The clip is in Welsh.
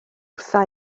wrtha